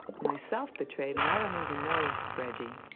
myself, betrayed. and i don't even know reggie.